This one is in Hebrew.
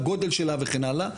בגודל שלה וכן הלאה.